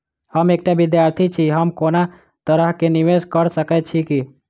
हम एकटा विधार्थी छी, हम कोनो तरह कऽ निवेश कऽ सकय छी की?